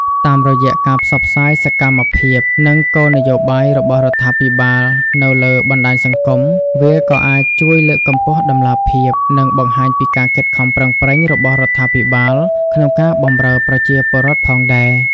តាមរយៈការផ្សព្វផ្សាយសកម្មភាព និងគោលនយោបាយរបស់រដ្ឋាភិបាលនៅលើបណ្ដាញសង្គម វាក៏អាចជួយលើកកម្ពស់តម្លាភាព និងបង្ហាញពីការខិតខំប្រឹងប្រែងរបស់រដ្ឋាភិបាលក្នុងការបម្រើប្រជាពលរដ្ឋផងដែរ។